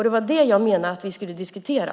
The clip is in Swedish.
Det var det som jag menade att vi skulle diskutera.